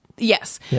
Yes